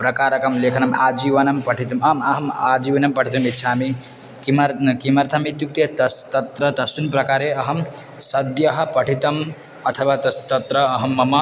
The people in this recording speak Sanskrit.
प्रकारकं लेखनम् आजीवनं पठितुम् अम् अहम् आजीवनं पठितुम् इच्छामि किमर् किमर्थम् इत्युक्ते तस् तत्र तस्मिन् प्रकारे अहं सद्यः पठितम् अथवा तस्य तत्र अहं मम